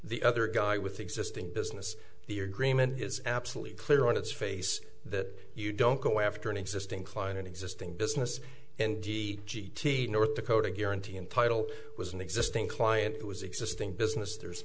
the other guy with existing business the agreement his absolutely clear on its face that you don't go after an existing client an existing business and e g t north dakota guarantee and title was an existing client it was existing business there's